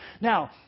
Now